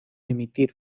emitir